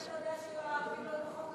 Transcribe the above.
איך אתה יודע שהערבים בחוץ?